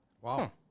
Wow